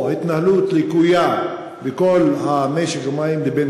או התנהלות לקויה בכל משק המים, לבין